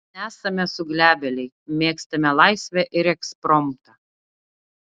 nesame suglebėliai mėgstame laisvę ir ekspromtą